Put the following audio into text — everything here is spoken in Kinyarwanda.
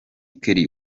kelly